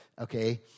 Okay